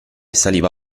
saliva